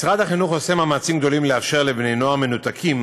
משרד החינוך עושה מאמצים גדולים לאפשר לבני-נוער מנותקים